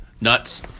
Nuts